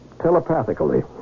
telepathically